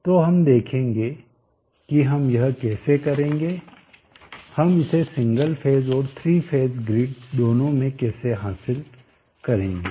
तो हम देखेंगे कि हम यह कैसे करेंगे हम इसे सिंगल फेज और थ्री फेज ग्रिड दोनों में कैसे हासिल करेंगे